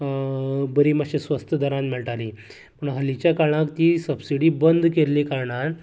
बरी मशीन्स स्वस्त दरांत मेळटालीं पूण हालींच्या काळांत ती सप्सिडी बंद केल्ल्या कारणान